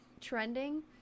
trending